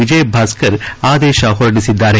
ವಿಜಯ ಭಾಸ್ಕರ್ ಆದೇಶ ಹೊರಡಿಸಿದ್ದಾರೆ